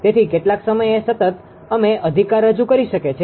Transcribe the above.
તેથી કેટલાક સમય સતત અમે અધિકાર રજૂ કરી શકે છે